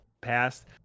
past